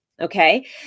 Okay